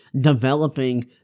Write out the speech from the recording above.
developing